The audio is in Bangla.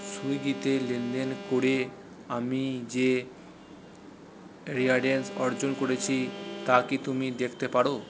সুইগিতে লেনদেন করে আমি যে রিওয়ার্ডস অর্জন করেছি তা কি তুমি দেখতে পারো